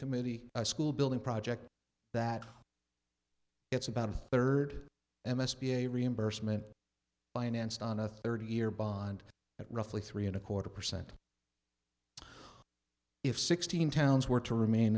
committee a school building project that it's about a third m s p a reimbursement financed on a thirty year bond at roughly three and a quarter percent if sixteen towns were to remain